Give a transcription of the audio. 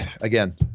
again